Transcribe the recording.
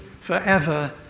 forever